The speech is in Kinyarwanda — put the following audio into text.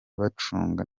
bacunga